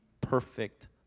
perfect